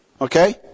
Okay